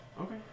Okay